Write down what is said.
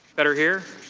better here?